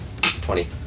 Twenty